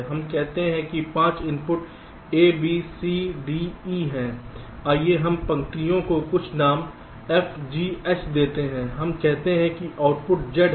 हम कहते हैं कि 5 input A B C D E हैं आइए हम पंक्तियों को कुछ नाम F G H देते हैं हम कहते हैं कि आउटपुट Z है